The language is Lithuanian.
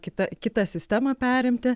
kita kitą sistemą perimti